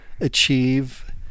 achieve